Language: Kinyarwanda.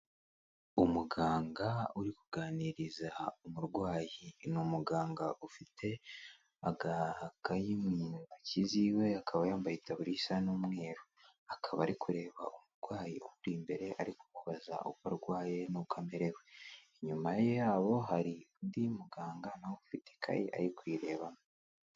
Umuganga uri kuganiriza umurwayi, ni umuganga ufite agakayi mu ntoki z'iwe akaba yambaye itaburiya isa n'umweru. Akaba ari kureba umurwayi uri imbere ari kumubaza uko arwaye n'uko amerewe, inyuma ye aho hari undi muganga nawe ufite ikayi ari kuyirebamo.